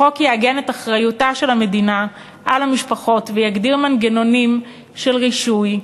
החוק יעגן את אחריותה של המדינה למשפחות ויגדיר מנגנונים של רישוי,